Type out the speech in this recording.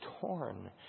torn